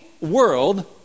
world